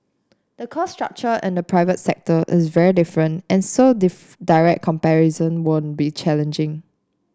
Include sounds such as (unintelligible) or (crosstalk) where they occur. the cost structure in the private sector is very different and so (unintelligible) direct comparisons would be challenging